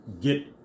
get